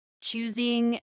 choosing